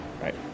Right